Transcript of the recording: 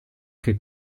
che